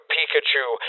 Pikachu